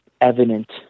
evident